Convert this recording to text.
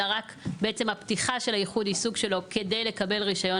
אלא רק בעצם הפתיחה של ייחוד העיסוק שלו כדי לקבל רישיון